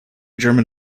german